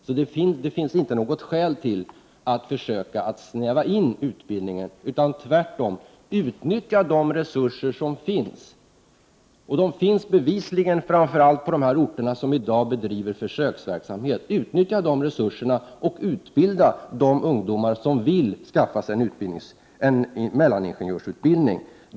Så det finns inte något skäl till att försöka snäva in utbildningen utan tvärtom: Utnyttja de resurser som finns, och de finns bevisligen framför allt på de orter där det i dag bedrivs försöksverksamhet! Utnyttja de resurserna och utbilda de ungdomar som vill skaffa sig en mellaningenjörsutbildning.